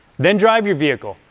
then drive your vehicle.